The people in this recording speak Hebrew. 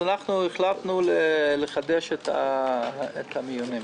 החלטנו לחדש את המיונים.